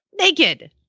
Naked